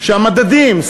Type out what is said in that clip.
שהמדדים,